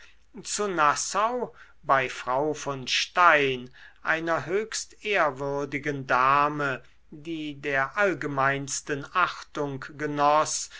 zu nassau bei frau von stein einer höchst ehrwürdigen dame die der allgemeinsten achtung genoß